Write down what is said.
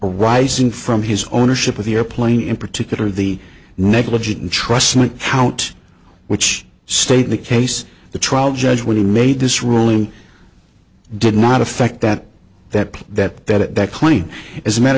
arising from his ownership of the airplane in particular the negligent entrustment count which state the case the trial judge when he made this ruling did not affect that that that that that clearly is a matter